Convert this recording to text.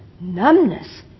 numbness